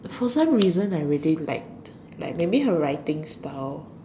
for some reason I really like like maybe her writing style